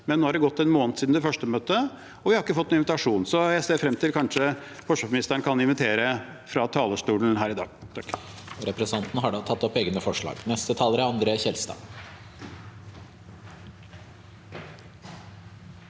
men nå har det gått en måned siden det første møtet, og vi har ikke fått noen invitasjon. Så jeg ser frem til at forsvarsministeren kanskje kan invitere fra talerstolen her i dag.